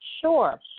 Sure